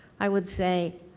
i would say,